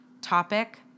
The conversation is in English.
topic